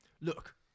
Look